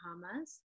Bahamas